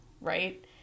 right